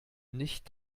nicht